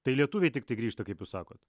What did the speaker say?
tai lietuviai tiktai grįžta kaip jūs sakot